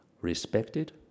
respected